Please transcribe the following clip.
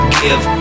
give